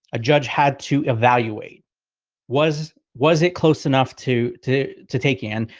a judge had to evaluate was, was it close enough to to to take in,